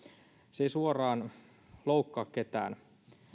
se ei suoraan loukkaa ketään